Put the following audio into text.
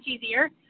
easier